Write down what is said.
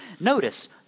notice